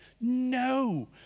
no